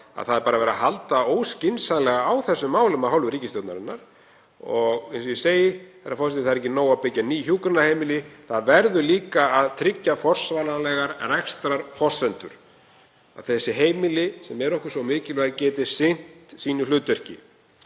að það er haldið óskynsamlega á þessum málum af hálfu ríkisstjórnarinnar. Og eins og ég segi, herra forseti, það er ekki nóg að byggja ný hjúkrunarheimili. Það verður líka að tryggja forsvaranlegar rekstrarforsendur svo þessi heimili sem eru okkur svo mikilvæg geti sinnt sínu hlutverki.